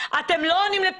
אתם לא עונים למכתבים,